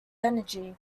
energy